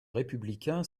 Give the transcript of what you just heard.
républicain